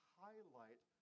highlight